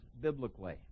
biblically